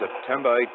September